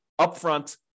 upfront